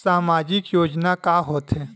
सामाजिक योजना का होथे?